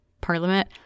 parliament